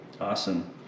Awesome